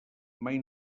mai